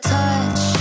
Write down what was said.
touch